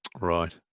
Right